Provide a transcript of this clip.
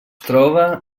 troba